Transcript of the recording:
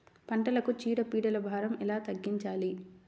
పంటలకు చీడ పీడల భారం ఎలా తగ్గించాలి?